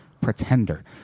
pretender